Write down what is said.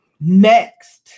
next